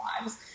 lives